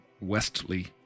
Westley